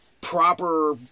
proper